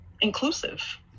inclusive